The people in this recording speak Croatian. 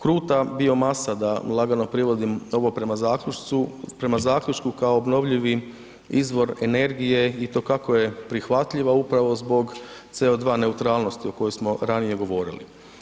Kruta biomasa da lagano privodim ovo prema zaključku kao obnovljivi izvor energije i to kako je prihvatljiva upravo zbog CO2 neutralnosti o kojoj smo ranije govorili.